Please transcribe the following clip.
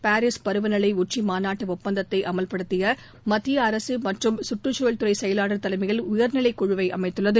Paris பருவநிலை உச்சிமாநாட்டு ஒப்பந்தத்தை அமுல்படுத்த மத்திய அரசு சுற்று சூழல் துறை செயலாளர் தலைமையில் உயர்நிலை குழுவை அமைத்துள்ளது